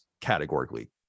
categorically